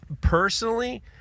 personally